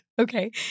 Okay